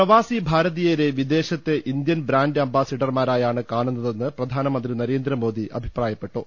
പ്രവാസി ഭാരതീയരെ വിദേശത്തെ Indian brand Amba സിഡർമാരായാണ് കാണുന്നതെന്ന് പ്രധാനമന്ത്രി നരേന്ദ്രമോദി അഭിപ്രായപ്പെട്ടു